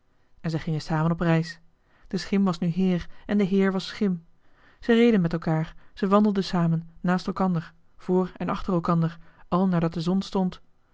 en zij gingen samen op reis de schim was nu heer en de heer was schim zij reden met elkaar zij wandelden samen naast elkander voor en achter elkander al naardat de zon stond